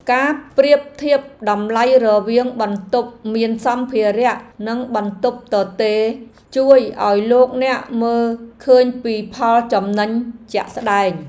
ការប្រៀបធៀបតម្លៃរវាងបន្ទប់មានសម្ភារៈនិងបន្ទប់ទទេរជួយឱ្យលោកអ្នកមើលឃើញពីផលចំណេញជាក់ស្ដែង។